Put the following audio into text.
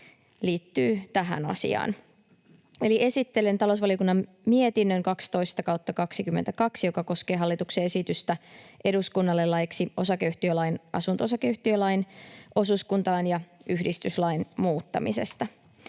liittyy tähän asiaan. Eli esittelen talousvaliokunnan mietinnön 12/22, joka koskee hallituksen esitystä eduskunnalle laiksi osakeyhtiölain, asunto-osakeyhtiölain, osuuskuntalain ja yhdistyslain muuttamisesta.